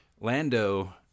Lando